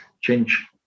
change